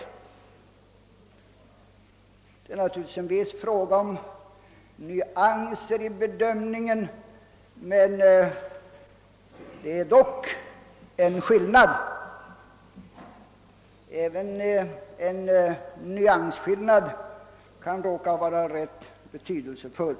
Naturligtvis är det i viss mån en fråga om nyanser i bedömningen, men det föreligger dock en skillnad, och även en nyansskillnad kan vara rätt betydelsefull.